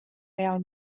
real